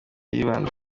yibanda